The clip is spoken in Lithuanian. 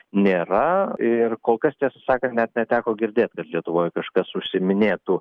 nėra ir kol kas tiesą sakant net neteko girdėti kad lietuvoje kažkas užsiiminėtų